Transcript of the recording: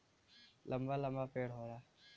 लंबा लंबा पेड़ होला